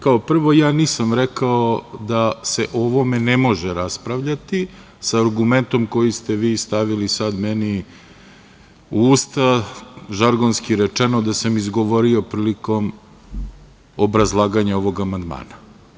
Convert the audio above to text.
Kao, prvo ja nisam rekao da se o ovome ne može raspravljati sa argumentom koji ste vi stavili sad meni u Ustav, žargonski rečeno, da sam izgovorio prilikom obrazlaganja ovog amandmana.